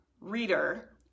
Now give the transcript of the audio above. reader